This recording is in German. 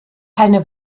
eine